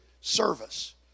service